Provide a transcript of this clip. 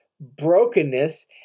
brokenness